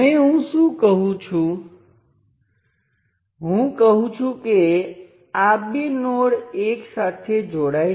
હું જે મોડેલિંગ કરું છું તે ફક્ત આ સર્કિટ છે અને તે કઈ સર્કિટ સાથે જોડાયેલ છે તેનાથી સ્વતંત્ર છે